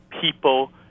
people